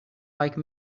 like